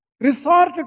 ...resort